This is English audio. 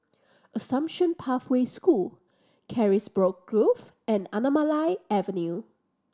Assumption Pathway School Carisbrooke Grove and Anamalai Avenue